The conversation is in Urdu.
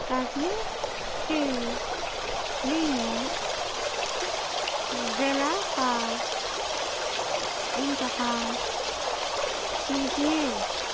کرنے کے لیے ضلع کا انتخاب کیجیے